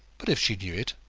but if she knew it,